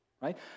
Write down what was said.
right